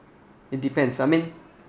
it depends I mean